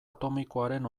atomikoaren